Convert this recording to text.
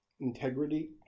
integrity